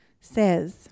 says